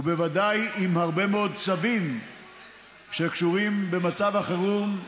ובוודאי עם הרבה פחות צווים שקשורים במצב החירום,